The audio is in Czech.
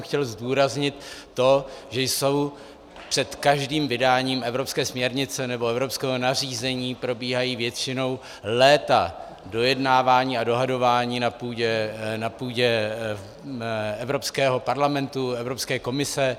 Chtěl jsem zdůraznit to, že před každým vydáním evropské směrnice nebo evropského nařízení probíhají většinou léta dojednávání a dohadování na půdě Evropského parlamentu, Evropské komise.